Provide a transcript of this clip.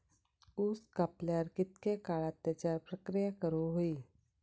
ऊस कापल्यार कितके काळात त्याच्यार प्रक्रिया करू होई?